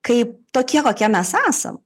kaip tokie kokie mes esam